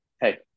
Hey